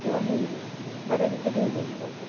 किंवा हिंदीत बऱ्यापैकी ठेवलेली जातात